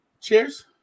Cheers